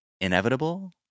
inevitable